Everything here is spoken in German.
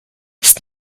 ist